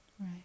Right